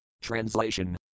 Translation